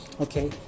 Okay